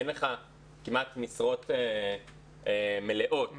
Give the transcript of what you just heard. כלומר, אין לך כמעט משרות מלאות -- מלאות.